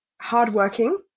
hardworking